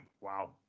Wow